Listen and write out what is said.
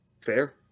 Fair